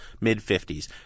mid-50s